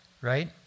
right